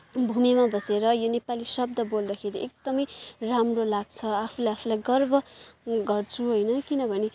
भूमिमा बसेर यो नेपाली शब्द बोल्दाखेरि एकदमै राम्रो लाग्छ आफूले आफूलाई गर्व गर्छु होइन किनभने